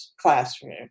classroom